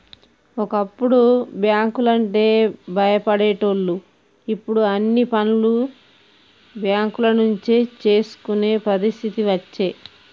ఒకప్పుడు బ్యాంకు లంటే భయపడేటోళ్లు ఇప్పుడు అన్ని పనులు బేంకుల నుంచే చేసుకునే పరిస్థితి అచ్చే